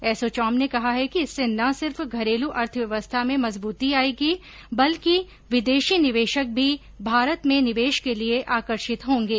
एसोचैम ने कहा कि इससे न सिर्फ घरेलू अर्थव्यवस्था में मजबूती आएगी बल्कि विदेशी निवेशक भी भारत में निवेश के लिए आकर्षित होंगे